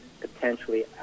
potentially